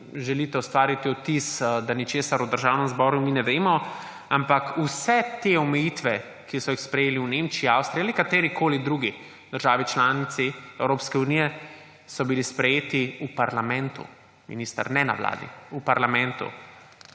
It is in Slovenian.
želite ustvariti vtis, da ničesar v Državnem zboru mi ne vemo. Ampak vse te omejitve, ki so jih sprejeli v Nemčiji, Avstriji ali katerikoli drugi državi članici Evropske unije, so bile sprejete v parlamentu, minister, ne na vladi, v parlamentu.